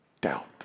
doubt